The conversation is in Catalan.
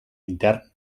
intern